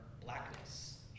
blackness